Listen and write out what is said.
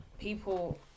people